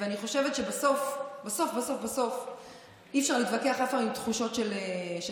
ואני חושבת שבסוף בסוף בסוף אי-אפשר להתווכח אף פעם עם תחושות של אנשים.